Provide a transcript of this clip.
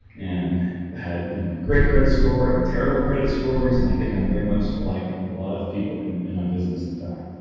and i had you know great credit score and terrible credit scores and i think i'm very much alike a lot of people in in my business in fact